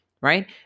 right